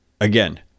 Again